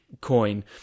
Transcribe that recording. coin